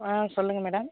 ஆ சொல்லுங்கள் மேடம்